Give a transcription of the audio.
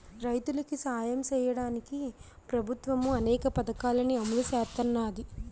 రైతులికి సాయం సెయ్యడానికి ప్రభుత్వము అనేక పథకాలని అమలు సేత్తన్నాది